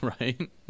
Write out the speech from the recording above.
right